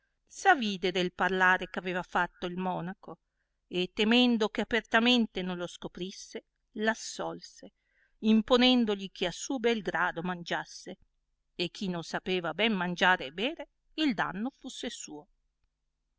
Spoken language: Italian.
avide del iarlare eh aveva fatto il monaco e temendo che apertamente non lo scoprisse l assolse imponendogli che a suol bel grado mangiasse e chi non sapeva ben mangiare e bere il danno fusse suo